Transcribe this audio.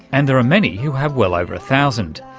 and there are many who have well over a thousand.